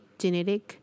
genetic